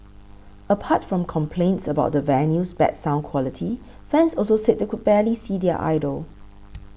apart from complaints about the venue's bad sound quality fans also said they could barely see their idol